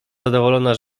zadowolona